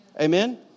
Amen